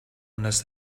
unless